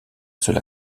seul